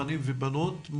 בנים ובנות,